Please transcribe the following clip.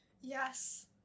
Yes